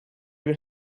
been